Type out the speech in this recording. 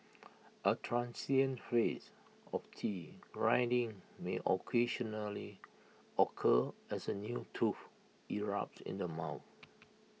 A transient phase of teeth grinding may occasionally occur as A new tooth erupts in the mouth